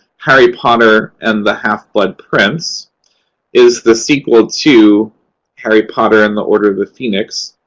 harry potter and the half-blood prince is the sequel to harry potter and the order of the phoenix,